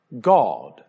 God